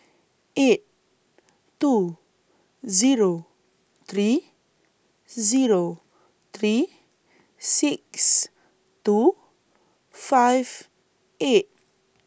eight two Zero three Zero three six two five eight